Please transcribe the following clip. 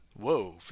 Whoa